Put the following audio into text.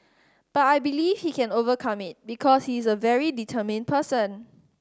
but I believe he can overcome it because he is a very determined person